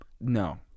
No